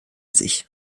sich